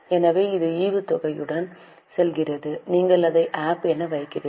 எனவே இது ஈவுத்தொகையுடன் செல்கிறது நீங்கள் அதை APP என வைக்கிறீர்கள்